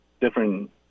different